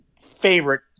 favorite